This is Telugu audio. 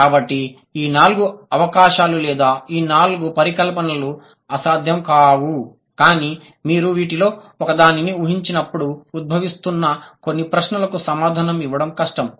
కాబట్టి ఈ నాలుగు అవకాశాలు లేదా ఈ నాలుగు పరికల్పనలు అసాధ్యం కావు కానీ మీరు వీటిలో ఒకదానిని ఊహించినప్పుడు ఉద్భవిస్తున్న కొన్ని ప్రశ్నలకు సమాధానం ఇవ్వడం కష్టం